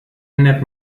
ändert